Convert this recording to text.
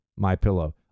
MyPillow